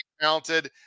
talented